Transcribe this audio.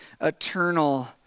eternal